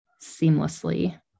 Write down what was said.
seamlessly